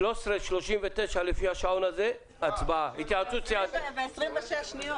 (הישיבה נפסקה בשעה 13:45 ונתחדשה בשעה 14:10